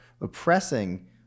oppressing